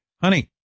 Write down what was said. honey